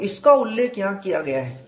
तो इसका उल्लेख यहां किया गया है